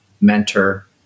mentor